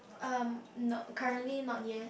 um nope currently not yet